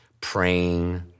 praying